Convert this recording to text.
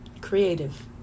creative